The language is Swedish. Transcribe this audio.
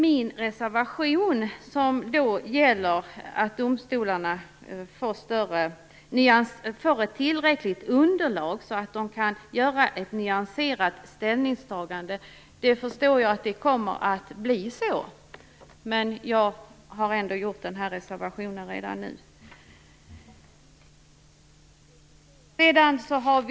Min reservation gäller att domstolarna får ett tillräckligt underlag, så att de kan göra ett nyanserat ställningstagande. Jag förstår att det kommer att bli så, men jag har ändå lämnat den här reservationen.